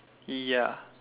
ya